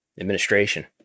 administration